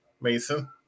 Mason